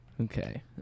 Okay